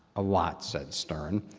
a lot, said stern.